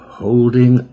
holding